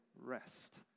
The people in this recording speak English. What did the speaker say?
rest